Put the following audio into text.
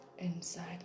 inside